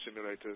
simulators